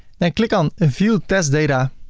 then click on a view test data